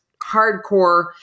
hardcore